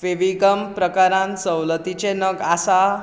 फेविगम प्रकारांत सवलतीचे नग आसा